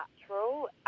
natural